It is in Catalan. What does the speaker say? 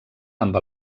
amb